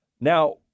Now